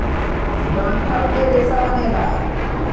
डंठल के रेसा बनेला